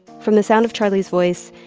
from the sound of charlie's voice,